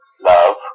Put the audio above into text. love